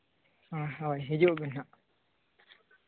ᱦᱳᱭ ᱦᱤᱡᱩᱜ ᱵᱤᱱ ᱦᱟᱸᱜ